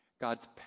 god's